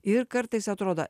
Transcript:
ir kartais atrodo